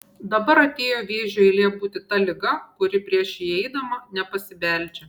dabar atėjo vėžio eilė būti ta liga kuri prieš įeidama nepasibeldžia